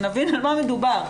שנבין על מה מדובר.